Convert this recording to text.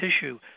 tissue